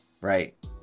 right